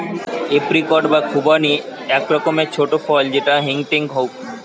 apricot বা খুবানি আক রকমের ছোট ফল যেটা হেংটেং হউক